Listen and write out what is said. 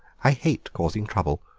i hate causing trouble.